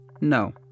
No